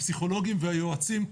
הפסיכולוגים והיועצים,